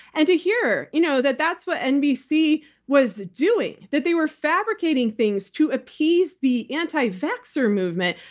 and to hear you know that that's what nbc was doing. that they were fabricating things to appease the anti-vaxxer movement.